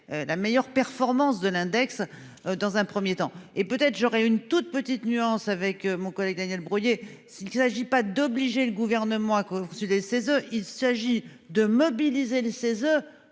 La meilleure performance de l'index dans un 1er temps et peut être j'aurai une toute petite nuance avec mon collègue Daniel Breuiller, s'il s'agit pas d'obliger le gouvernement à sur les 16 il s'agit de mobiliser le 16h